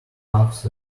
cuffs